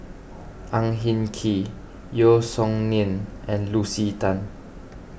Ang Hin Kee Yeo Song Nian and Lucy Tan